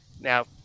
now